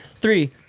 Three